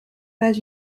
pas